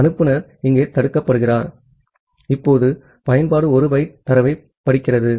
ஆகவே அனுப்புநர் இங்கே தடுக்கப்படுகிறார் இப்போது பயன்பாடு 1 பைட் தரவைப் படிக்கிறது